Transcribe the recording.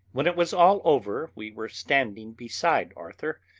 when it was all over, we were standing beside arthur,